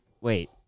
Wait